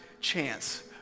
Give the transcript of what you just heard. chance